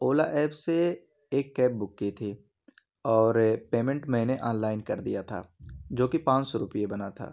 اولا app سے ایک cab book کی تھی اور پیمنٹ میں نے آن لائن کر دیا تھا جو کہ پانچ سو روپیے بنا تھا